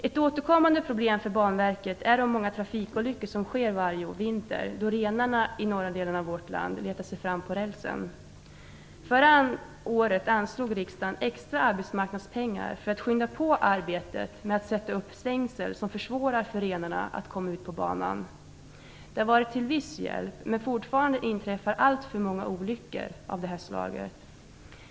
Ett återkommande problem för Banverket är de många trafikolyckor som sker varje vinter, då renarna i de norra delarna av vårt land letar sig fram på rälsen. Förra året anslog riksdagen extra arbetsmarknadspengar för att skynda på arbetet med att sätta upp stängsel som försvårar för renarna att komma ut på banan. Det har varit till viss hjälp, men fortfarande inträffar alltför många olyckor av det här slaget.